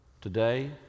Today